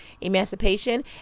emancipation